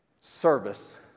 service